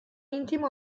intimo